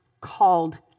called